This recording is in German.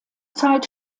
zeit